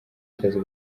akazi